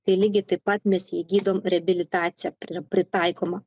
tai lygiai taip pat mes jį gydom reabilitacija pri pritaikoma